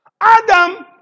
Adam